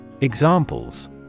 Examples